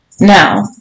Now